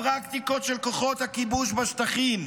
הפרקטיקות של כוחות הכיבוש בשטחים,